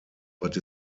but